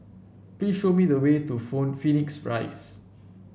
please show me the way to Phone Phoenix Rise